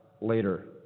later